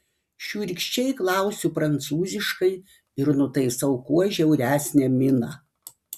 šiurkščiai klausiu prancūziškai ir nutaisau kuo žiauresnę miną